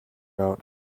out